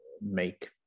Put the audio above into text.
make